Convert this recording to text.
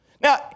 Now